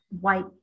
white